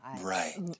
right